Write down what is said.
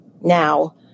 now